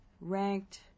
ranked